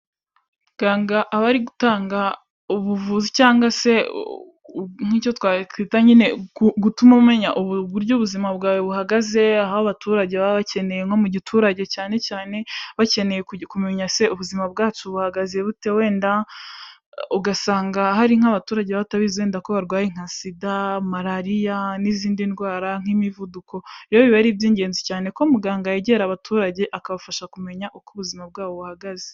Abari gutanga ubuvuzi cyangwa se'icyokwita nyine gutuma umenya uburyo ubuzima bwawe buhagaze